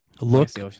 Look